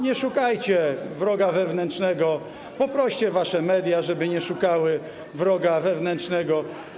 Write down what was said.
Nie szukajcie wroga wewnętrznego, poproście wasze media, żeby nie szukały wroga wewnętrznego.